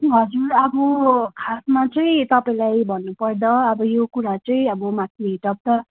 हजुर अब खासमा चाहिँ तपाईँलाई भन्नुपर्दा अब यो कुरा चाहिँ अब माथि हेड अफ द